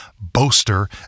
boaster